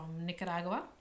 Nicaragua